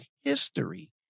history